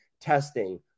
testing